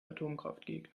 atomkraftgegner